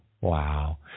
wow